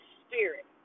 spirit